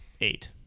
eight